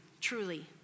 truly